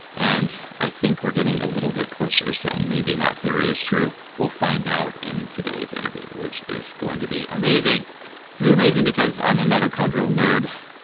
and i think we're getting a little bit closer to saying maybe that theory is true. we'll find out in today's interview, which is going to be amazing it's going to be amazing because i'm a mitochondrial nerd.